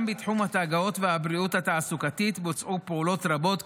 גם בתחום הגיהות והבריאות התעסוקתית בוצעו פעולות רבות,